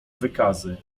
wykazy